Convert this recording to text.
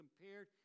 compared